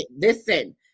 listen